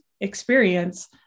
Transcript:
experience